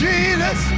Jesus